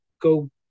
go